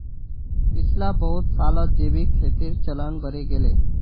पिछला बहुत सालत जैविक खेतीर चलन बढ़े गेले